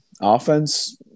offense